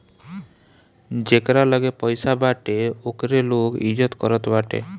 जेकरा लगे पईसा बाटे ओकरे लोग इज्जत करत बाटे